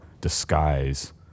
disguise